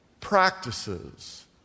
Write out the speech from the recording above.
practices